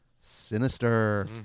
Sinister